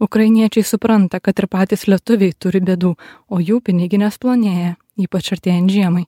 ukrainiečiai supranta kad ir patys lietuviai turi bėdų o jų piniginės plonėja ypač artėjant žiemai